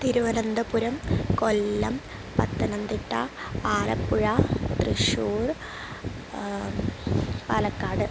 Thiruvananthapuram Kollam Pathanamthitta Alappuzha Thrissur Palakkad